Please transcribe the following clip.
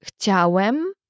chciałem